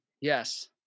Yes